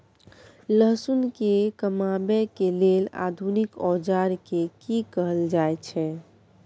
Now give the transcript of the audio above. लहसुन के कमाबै के लेल आधुनिक औजार के कि कहल जाय छै?